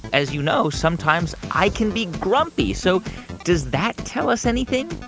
as you know, sometimes, i can be grumpy. so does that tell us anything?